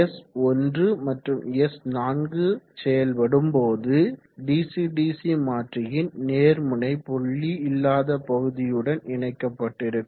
S1 மற்றும் S4 செயல்படும் போது டிசி டிசி மாற்றியின் நேர் முனை புள்ளி இல்லாத பகுதியுடன் இணைக்கப்பட்டிருக்கும்